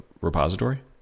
repository